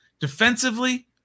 defensively